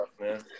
man